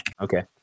Okay